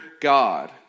God